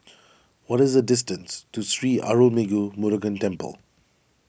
what is the distance to Sri Arulmigu Murugan Temple